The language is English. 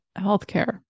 healthcare